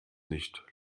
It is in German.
nicht